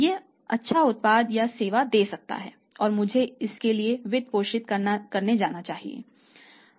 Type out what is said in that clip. यह अच्छा उत्पाद या सेवा दे सकता है और मुझे इसके लिए वित्त पोषित किया जाना चाहिए